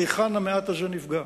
היכן המעט הזה נפגע?